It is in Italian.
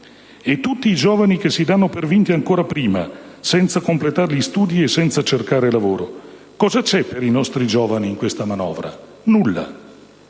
E tutti i giovani che si danno per vinti ancora prima, senza completare gli studi e senza cercare lavoro? Cosa c'è per i nostri giovani in questa manovra? Nulla.